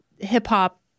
hip-hop